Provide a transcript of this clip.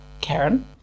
Karen